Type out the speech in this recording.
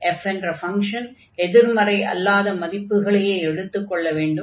f என்ற function எதிர்மறை அல்லாத மதிப்புகளையே எடுத்துக்கொள்ள வேண்டும்